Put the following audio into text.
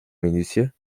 minutieux